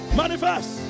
manifest